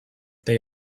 they